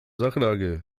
sachlage